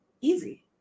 easy